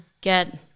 get